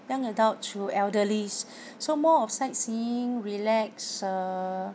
young adult through elderlies so more of sightseeing relax uh